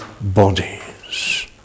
bodies